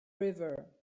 river